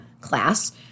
class